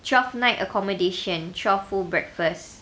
twelve night accommodation twelve full breakfast